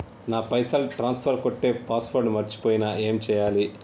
నా పైసల్ ట్రాన్స్ఫర్ కొట్టే పాస్వర్డ్ మర్చిపోయిన ఏం చేయాలి?